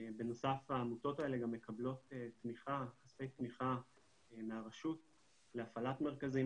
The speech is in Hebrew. בנוסף העמותות האלה גם מקבלות תמיכה מהרשות להפעלת מרכזים